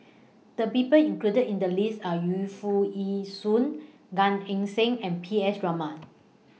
The People included in The list Are Yu Foo Yee Shoon Gan Eng Seng and P S Raman